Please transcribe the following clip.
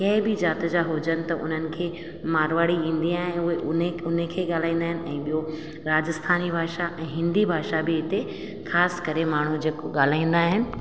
कंहिं बि ज़ाति जा हुजनि त हुननि खे मारवाड़ी ईंदी आहे उहे उन उन खे ॻाल्हाईंदा आहिनि ऐं ॿियो राजस्थानी भाषा ऐं हिंदी भाषा बि हिते ख़ासि करे माण्हू जेको ॻाल्हाईंदा आहिनि